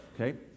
okay